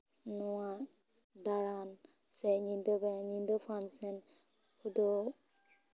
ᱱᱚᱣᱟ ᱫᱟᱬᱟᱱ ᱥᱮ ᱧᱤᱫᱟᱹ ᱵᱮᱸᱜᱮᱫ ᱧᱤᱫᱟᱹ ᱯᱷᱟᱱᱥᱮᱱ ᱫᱚ